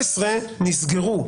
19 נסגרו.